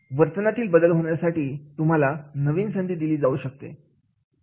वर्तनातील बदल होण्यासाठी तुम्हाला संधी दिली जाऊ शकते